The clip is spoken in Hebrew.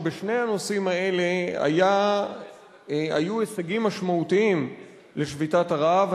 שבשני הנושאים האלה היו הישגים משמעותיים לשביתת הרעב,